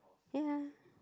ya